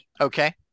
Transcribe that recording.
Okay